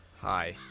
hi